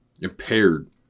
impaired